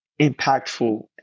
impactful